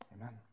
amen